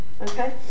okay